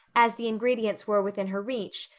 as the ingredients were within her reach,